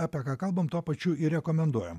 apie ką kalbam tuo pačiu ir rekomenduojam